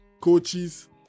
coaches